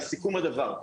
לסיכום הדבר,